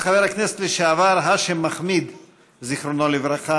בשבוע האחרון של הכנסת השמינית,